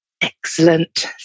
Excellent